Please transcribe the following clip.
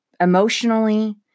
emotionally